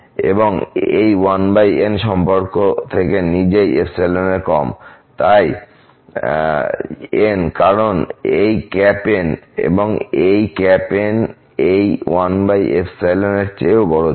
এবং এই 1n সম্পর্ক থেকে নিজেই এর কম তাই n কারণ এই N এই N এই 1 এর চেয়েও বড় ছিল